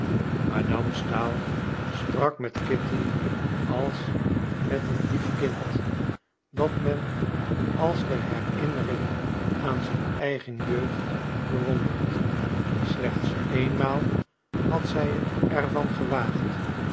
madame stahl sprak met kitty als met een lief kind dat men als de herinnering aan zijn eigen jeugd bewondert slechts eenmaal had zij er van gewaagd